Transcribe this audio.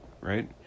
right